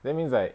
then means like